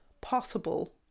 possible